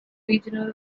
regional